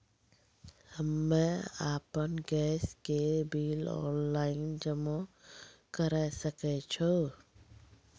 हम्मे आपन गैस के बिल ऑनलाइन जमा करै सकै छौ?